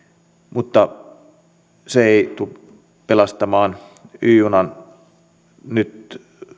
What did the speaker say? mutta se ei tule pelastamaan y junaa